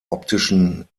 optischen